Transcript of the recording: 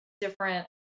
different